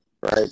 right